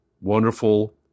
wonderful